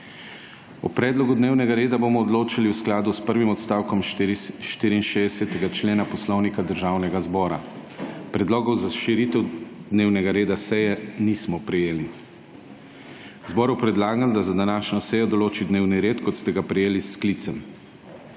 O predlogu dnevnega reda bomo odločali v skladu s prvim odstavkom 64. člena Poslovnika Državnega zbora. Predlogov za širitev dnevnega reda seje nismo prejeli. Zboru predlagam, da za današnjo sejo določi dnevni red, kot ste ga prejeli s sklicem.